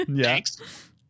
thanks